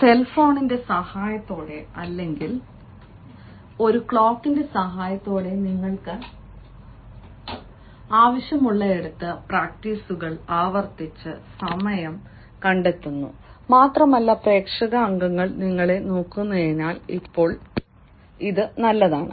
സെൽഫോണിന്റെ സഹായത്തോടെയോ അല്ലെങ്കിൽ ഒരു ക്ലോക്കിന്റെ സഹായത്തോടെയോ നിങ്ങൾക്ക് ആവശ്യമുള്ളിടത്ത് പ്രാക്ടീസുകൾ ആവർത്തിച്ച് സമയം കണ്ടെത്തുന്നു മാത്രമല്ല പ്രേക്ഷക അംഗങ്ങൾ നിങ്ങളെ നോക്കുന്നതിനാൽ ഇപ്പോൾ ഇത് നല്ലതാണ്